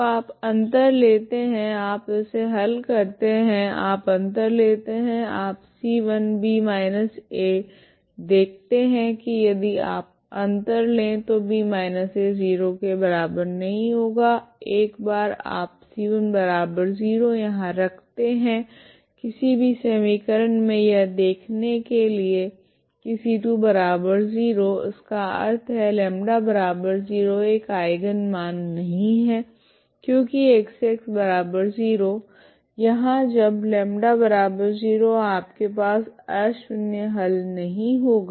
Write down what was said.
तो आप अंतर लेते है आप इसे हल करते है आप अंतर लेते है आप c1 b−a0 देखते है की यदि आप अंतर ले तो b−a ≠0 एक बार आप c10 यहाँ रखते है किसी भी समीकरण मे यह देखने के लिए की c20 इसका अर्थ है λ0 एक आइगन मान नहीं है क्योकि X0 यहाँ जब λ0 आपके पास अशून्य हल नहीं होगा